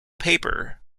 paper